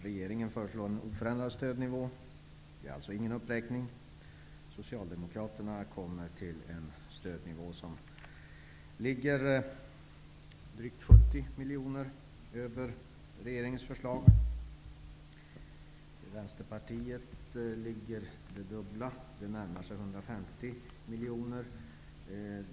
Regeringen föreslår en oförändrad stödnivå, alltså ingen uppräkning. Socialdemokraterna kommer till en stödnivå som ligger drygt 70 miljoner kronor över regeringens förslag. Vänsterpartiet ligger på det dubbla, ett belopp som närmar sig 150 miljoner.